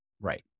Right